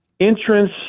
entrance